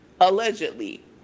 allegedly